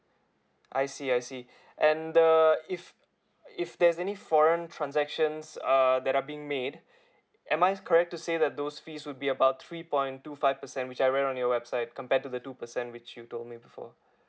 I see I see and uh if if there's any foreign transactions err that are being made am I correct to say the those fees will be about three point two five percent which I went on your website compared to the two percent which you told me before